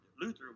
Luther